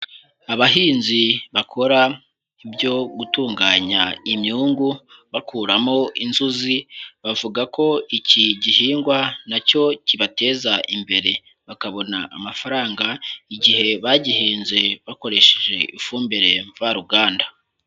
Abahinzi bakora ibyo gutunganya imyungu bakuramo inzuzi, bavuga ko iki gihingwa nacyo kibateza imbere bakabona amafaranga igihe bagihinze bakoresheje ifumbire mvaruganda.